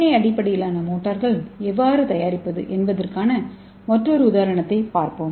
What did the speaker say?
ஏ அடிப்படையிலான மோட்டார்கள் எவ்வாறு தயாரிப்பது என்பதற்கான மற்றொரு உதாரணத்தைப் பார்ப்போம்